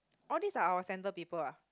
all these are our centre people ah